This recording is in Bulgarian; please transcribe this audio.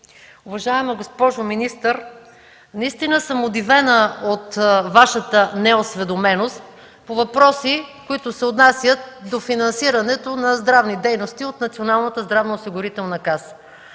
Уважаема госпожо министър, наистина съм удивена от Вашата неосведоменост по въпроси, които се отнасят до финансирането на здравни дейности от Националната здравноосигурителна каса.